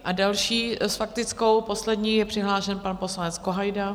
A další s faktickou poslední je přihlášen pan poslanec Kohajda.